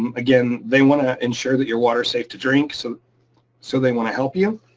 um again, they wanna ensure that your water's safe to drink, so so they wanna help you.